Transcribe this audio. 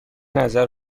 نظر